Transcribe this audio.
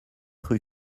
rue